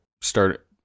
start